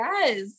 yes